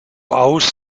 aus